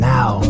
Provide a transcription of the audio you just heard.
Now